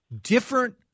different